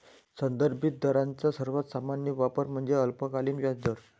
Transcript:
संदर्भित दरांचा सर्वात सामान्य वापर म्हणजे अल्पकालीन व्याजदर